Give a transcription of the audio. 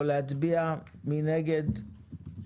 תקריא לנו אותן.